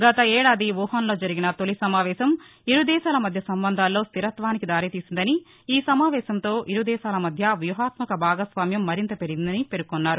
గత ఏడాది వూహాన్లో జరిగిన తొలి సమావేశం ఇరుదేశాల మధ్య సంబంధాల్లో స్దిరత్వానికి దారితీసిందని ఈ సమావేశంతో ఇరు దేశాల మధ్య ప్యూహాత్మక భాగస్వామ్యం మరింత పెరిగిందని పేర్కొన్నారు